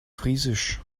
friesisch